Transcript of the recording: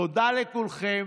תודה לכולכם.